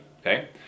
okay